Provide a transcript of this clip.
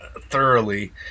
thoroughly